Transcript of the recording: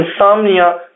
insomnia